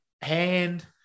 hand